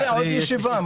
להתקדם.